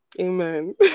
amen